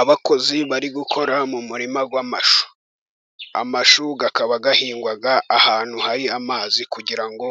Abakozi bari gukora mu murima w'amashu, amashu akaba ahingwa ahantu hari amazi kugira ngo